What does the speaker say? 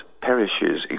perishes